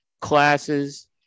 classes